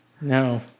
No